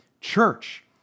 church